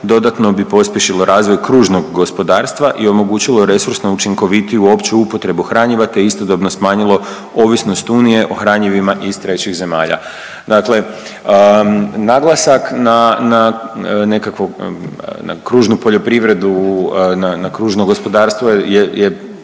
dodatno bi pospješilo razvoj kružnog gospodarstva i omogućilo resursno učinkovitiju opću upotrebu hranjiva, te istodobno smanjilo ovisnost Unije o hranjivima iz trećih zemalja. Dakle, naglasak na nekakvo, na kružnu poljoprivredu, na kružno gospodarstvo je